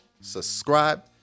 Subscribe